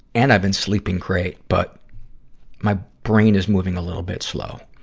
and i've been sleeping great, but my brain is moving a little bit slow.